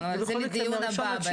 אבל זה לדיון הבא.